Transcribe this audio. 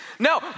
No